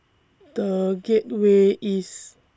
The Gateway East